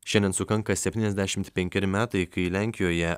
šiandien sukanka septyniasdešimt penkeri metai kai lenkijoje